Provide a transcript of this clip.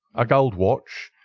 a gold watch,